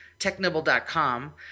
technibble.com